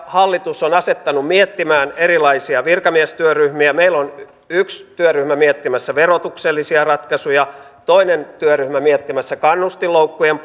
hallitus on asettanut erilaisia virkamiestyöryhmiä meillä on yksi työryhmä miettimässä verotuksellisia ratkaisuja toinen työryhmä miettimässä kannustinloukkujen